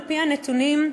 על-פי הנתונים,